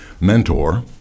mentor